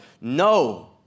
No